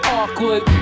awkward